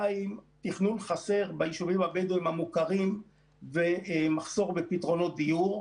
2.תכנון חסר ביישובים הבדואיים המוכרים ומחסור בפתרונות דיור.